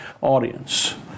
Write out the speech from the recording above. audience